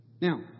Now